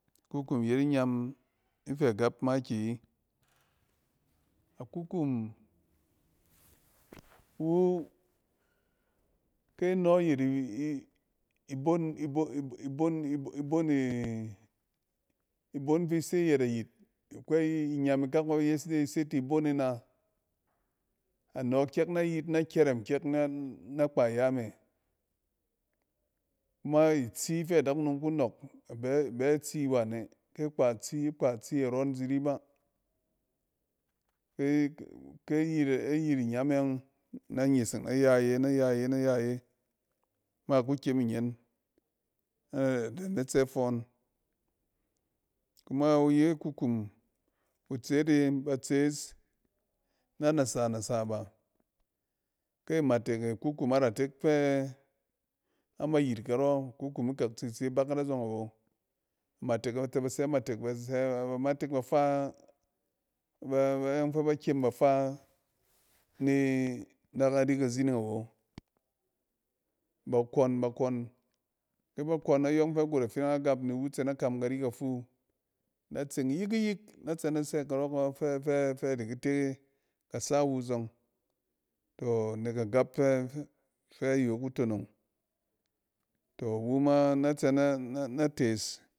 Kukum yet inyam ifɛ gap makiyi. A kukum, iwu ke nɔ ayit i-i-bon-ibon-ibon-e-ibon fi se ayɛt ayit. Akwai inyam ikak fɛ ba yes ide, ise ti bon e na. a nɔɔ kyɛk nayit, na kyɛrɛm na-na kpa ya me. Kuma itsi fɛ adakunom ku nɔɔk, bɛ-bɛ tsi wane kyɛ kpa tsi, kpa tsi, arɔn ziri ba ke-ke yit inyam e ɔng nɛ nyeseng nay a ye, nay a ye, nay a ye maku kyem ninyɛn a da ne tse fɔɔn. Kumai ye kukum, kutseet e, batsees na nasa nasa ba. Ke amatek e kukum a ratek fɛ ama yit karɔ, a kukum akak tit se bakat azɔng awo. A matek batɛ ba sɛ matek, bas aba matek bafa ba-bayɔng fɛ ba kyem ba faa ni-na kari kazining awo. Ba kɔn ba kɔn. ke ba kɔn ayɔg fɛ got afidang agap niwu tse na kam kari kafu nɛtseng yik-yik. Nɛ tsɛ nɛ sɛ karɔ fɛ-fɛ-fɛ adiki te ka saw u zɔng. Tɔ nek agap fɛ yo ku tonong. To iwu ma nɛ tsɛ na nɛ tes.